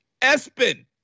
Espen